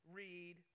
read